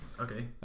okay